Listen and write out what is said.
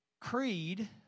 creed